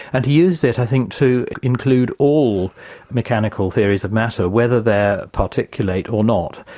and he uses it i think to include all mechanical theories of matter, whether they're particulate or not.